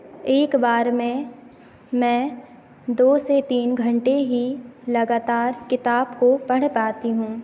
एक बार में मैं दो से तीन घंटे ही लगातार किताब को पढ़ पाती हूँ